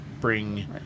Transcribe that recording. bring